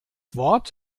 wort